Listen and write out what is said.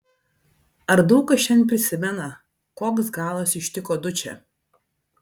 ar daug kas šiandien prisimena koks galas ištiko dučę